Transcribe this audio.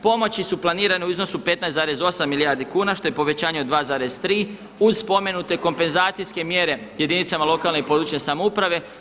Pomoći su planirane u iznosu 15,8 milijardi kuna što je povećanje od 2,3 uz spomenute kompenzacijske mjere jedinicama lokalne i područne samouprave.